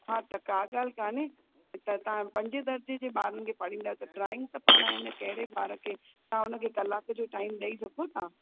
हा त का ॻाल्हि काने त तव्हां पंजे दर्जे जे ॿारनि खे पाढ़ींदा आहियो त ड्रॉइंग त पाणि अइन कहिड़े ॿार खे तव्हां हुनखे कलाक जो टाइम ॾेई सघो था